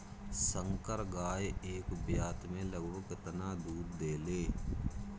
संकर गाय एक ब्यात में लगभग केतना दूध देले?